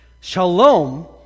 Shalom